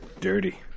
Dirty